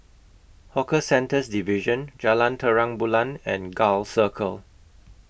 Hawker Centres Division Jalan Terang Bulan and Gul Circle